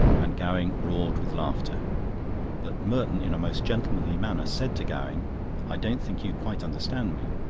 and gowing roared with laughter but merton in a most gentlemanly manner said to gowing i don't think you quite understand me.